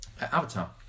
Avatar